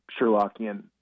Sherlockian